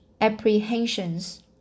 apprehensions